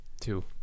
two